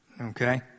Okay